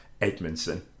Edmondson